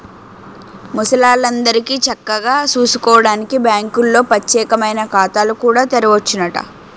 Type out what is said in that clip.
ముసలాల్లందరికీ చక్కగా సూసుకోడానికి బాంకుల్లో పచ్చేకమైన ఖాతాలు కూడా తెరవచ్చునట